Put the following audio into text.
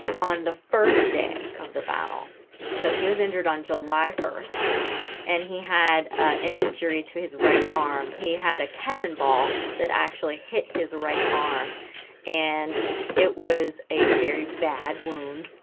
on the first day of the battle so he was injured on july first and he had an injury to his right arm he had a cannonball that actually hit his right arm and it was a very bad wound